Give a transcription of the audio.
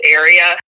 area